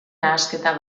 nahasketa